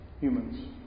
humans